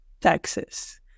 taxes